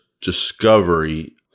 discovery